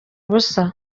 ubusa